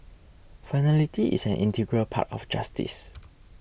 finality is an integral part of justice